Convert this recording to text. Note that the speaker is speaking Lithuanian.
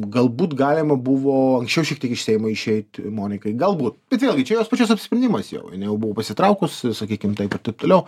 galbūt galima buvo anksčiau šiek tiek iš seimo išeit monikai galbūt bet vėlgi čia jos pačios apsisprendimas jau jinai jau buvo pasitraukus sakykim taip ir taip toliau